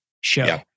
show